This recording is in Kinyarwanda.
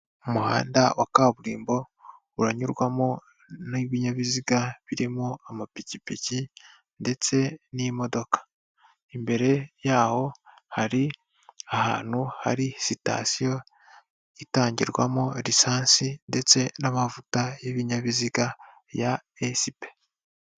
Umuhanda wa kaburimbo uranyurwamo n'ibinyabiziga birimo amapikipiki ndetse n'imodoka. Imbere yaho hari ahantu hari sitasiyo itangirwamo lisansi ndetse n'amavuta y'ibinyabiziga ya Esipe.